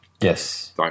Yes